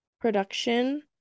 production